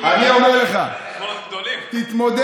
אני אומר לך, תתמודד.